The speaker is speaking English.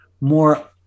more